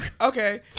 Okay